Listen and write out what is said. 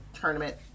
tournament